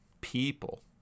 people